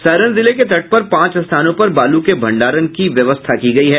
सारण जिले के तट पर पांच स्थानों पर बालू के भंडारण की व्यवस्था की गयी है